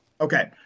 Okay